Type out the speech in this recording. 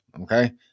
okay